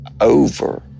over